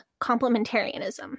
complementarianism